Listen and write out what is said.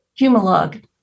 Humalog